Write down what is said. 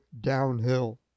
downhill